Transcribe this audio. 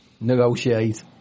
negotiate